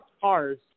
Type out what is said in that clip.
cars